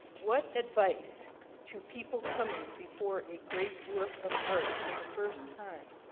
what advice to people coming before a great work of art for the first time